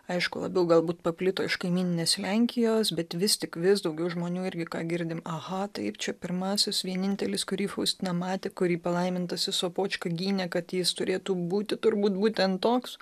aišku labiau galbūt paplito iš kaimyninės lenkijos bet vis tik vis daugiau žmonių irgi ką girdim aha taip čia pirmasis vienintelis kurį faustina matė kurį palaimintasis sopočka gynė kad jis turėtų būti turbūt būtent toks